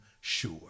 sure